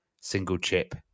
single-chip